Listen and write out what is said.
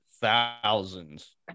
thousands